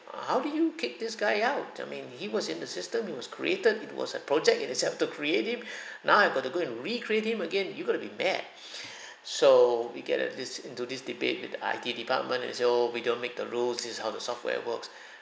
uh how do you kick this guy out I mean he was in the system he was created it was a project in itself to create him now I've got to go and recreate him again you got to be mad so we get uh this into this debate with the I_T department they said oh we don't make the rules this is how the software works